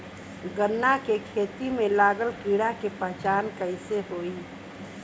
गन्ना के खेती में लागल कीड़ा के पहचान कैसे होयी?